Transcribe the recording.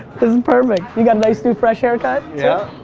this is perfect. you got a nice new fresh haircut. yeah.